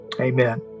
Amen